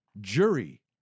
jury